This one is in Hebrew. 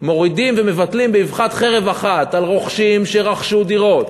מורידים ומבטלים באבחת חרב לרוכשים שרכשו דירות,